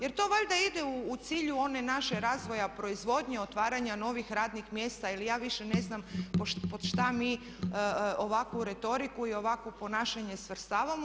Jer to valjda ide u cilju onog našeg razvoja proizvodnje, otvaranja novih radnih mjesta ili ja više ne znam pod što mi ovakvu retoriku i ovakvo ponašanje svrstavamo.